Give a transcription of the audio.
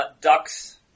ducks